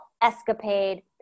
escapade